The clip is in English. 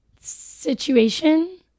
situation